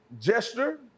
gesture